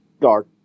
dark